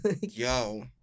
Yo